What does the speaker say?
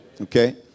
okay